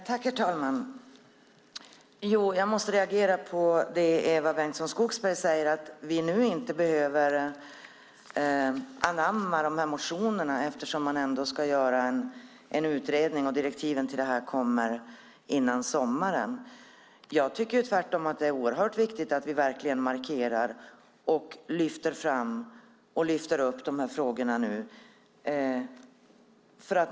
Herr talman! Jag måste reagera när Eva Bengtson Skogsberg säger att man nu inte behöver anamma dessa motioner eftersom det ändå ska göras en utredning och direktivet kommer före sommaren. Jag tycker tvärtom att det är oerhört viktigt att vi nu verkligen markerar och lyfter upp de här frågorna.